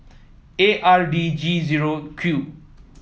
A R D G zero Q